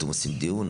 אתם עושים דיון?